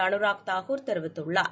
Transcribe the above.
அனுராக் தாகூர் தெரிவித்துள்ளார்